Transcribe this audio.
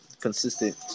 consistent